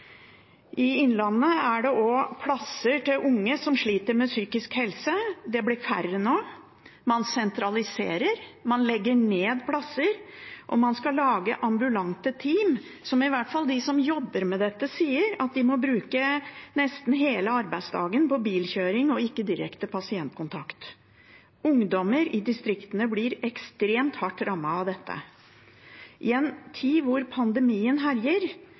I Innlandet er det også plasser til unge som sliter med psykisk helse. Det blir nå færre. Man sentraliserer, man legger ned plasser, og man skal lage ambulante team. De som jobber med dette, sier i hvert fall at de må bruke nesten hele arbeidsdagen på bilkjøring og ikke direkte pasientkontakt. Ungdommer i distriktene blir ekstremt hardt rammet av dette. I en tid da pandemien herjer,